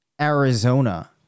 Arizona